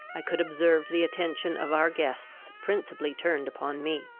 i could observe the attention of our guests principally turned upon me.